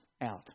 Out